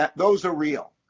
those are real.